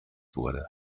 wurde